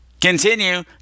Continue